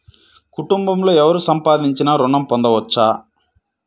కుటుంబంలో ఎవరు సంపాదించినా ఋణం పొందవచ్చా?